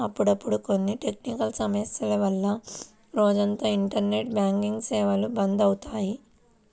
అప్పుడప్పుడు కొన్ని టెక్నికల్ సమస్యల వల్ల రోజంతా ఇంటర్నెట్ బ్యాంకింగ్ సేవలు బంద్ అవుతాయి